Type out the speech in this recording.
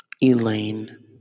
Elaine